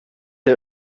der